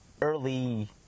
early